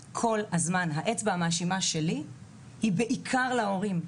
האצבע המאשימה שלי היא בעיקר כלפי ההורים.